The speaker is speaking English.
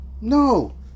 no